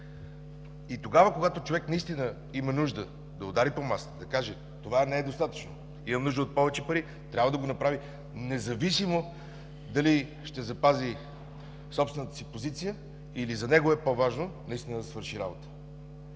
Тогава, когато човек наистина има нужда да удари по масата и каже: „това не е достатъчно, имам нужда от повече пари!”. Трябва да го направи независимо дали ще запази собствената си позиция или за него е по важно наистина да свърши работа.